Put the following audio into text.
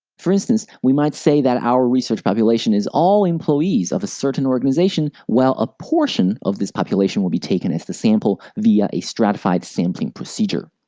for instance, we might say that our population is all employees of a certain organization while a portion of this population will be taken as the sample via a stratified sampling procedure.